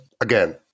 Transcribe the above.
again